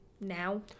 now